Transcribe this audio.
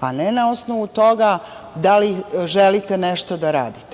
a ne na osnovu toga da li želite nešto da radite.